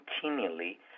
continually